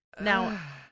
Now